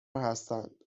هستند